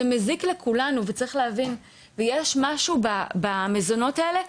זה מזיק לכולנו וצריך להבין שיש משהו במזונות האלה,